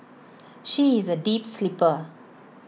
she is A deep sleeper